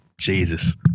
Jesus